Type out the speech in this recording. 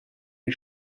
die